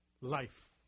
life